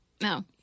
No